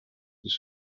des